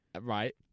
Right